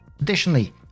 Additionally